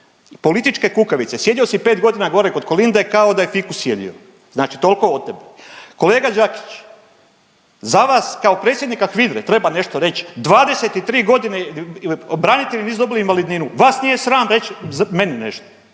političke kukavice. Sjedio si pet godina gore kod Kolinde, kao da je fikus sjedio. Znači toliko o tebi. Kolega Đakić, za vas kao predsjednika HVIDRA-e treba nešto reći. 23 godine branitelji nisu dobili invalidninu. Vas nije sram reći meni nešto.